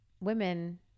women